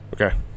okay